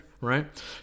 right